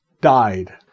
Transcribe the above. died